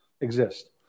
exist